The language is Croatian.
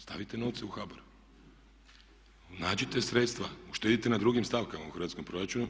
Stavite novce u HBOR, nađite sredstva, uštedite na drugim stavkama u hrvatskom proračunu.